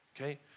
okay